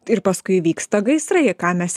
ir paskui įvyksta gaisrai ką mes